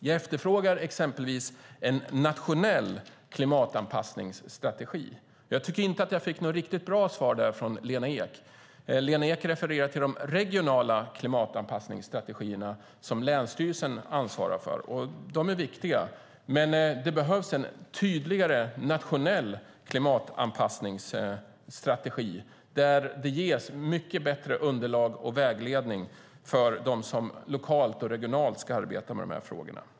Jag efterfrågar exempelvis en nationell klimatanpassningsstrategi. Jag tycker inte att jag fick något riktigt bra svar från Lena Ek. Hon refererar till de regionala klimatanpassningsstrategierna som länsstyrelserna ansvarar för. De är viktiga, men det behövs en tydligare nationell klimatanpassningsstrategi där det ges mycket bättre underlag och vägledning för dem som lokalt och regionalt ska arbeta med de här frågorna.